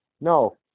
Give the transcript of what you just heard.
No